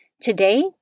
Today